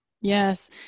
Yes